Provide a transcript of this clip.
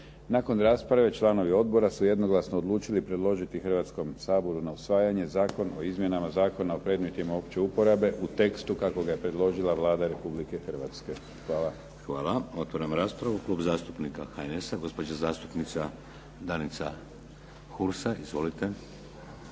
Nakon rasprave članovi odbora su jednoglasno odlučili predložiti Hrvatskom saboru na usvajanje Zakon o izmjenama zakona o predmetima opće uporabe u tekstu kako ga je predložila Vlada Republike Hrvatske. Hvala. **Šeks, Vladimir (HDZ)** Otvaram raspravu. Klub zastupnika HNS-a gospođa zastupnica Danica Hursa. Izvolite. **Hursa,